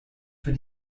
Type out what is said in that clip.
für